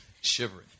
shivering